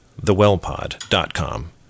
thewellpod.com